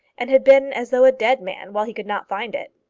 and had been as though a dead man while he could not find it.